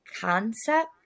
concept